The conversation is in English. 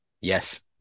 Yes